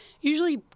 usually